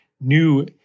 new